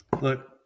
Look